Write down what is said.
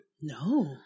no